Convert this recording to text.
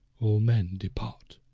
all men depart.